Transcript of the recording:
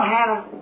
Hannah